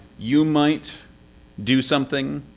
you might do something.